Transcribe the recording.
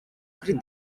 kuri